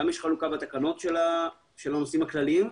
גם יש חלוקה בתקנות של הנושאים הכלליים.